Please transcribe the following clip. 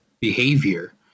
behavior